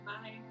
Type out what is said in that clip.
Bye